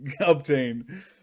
obtain